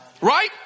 Right